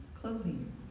clothing